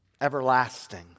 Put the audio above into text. everlasting